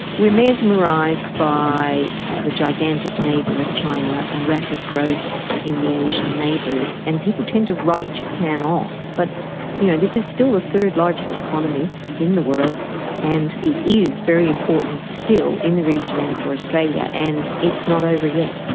we are mesmerised by the gigantic neighbour of china and rapid growth in the asian neighbours, and people tend to write japan off. but you know this is still the third largest economy in the world and it is very important still in the region and for australia and it's not over yet.